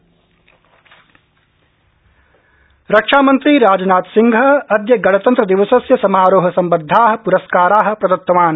राजनाथगणतन्त्रदिवस समारोह रक्षामन्त्री राजनाथ सिंह अद्य गणतन्त्रदिवसस्य समारोहसम्बद्धा पुरस्कारा प्रदत्तवान्